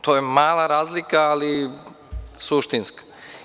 To je mala razlika, ali suštinska.